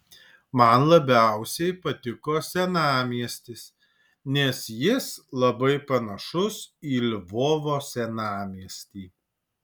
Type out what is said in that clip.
man labiausiai patiko senamiestis nes jis labai panašus į lvovo senamiestį